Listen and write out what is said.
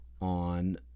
on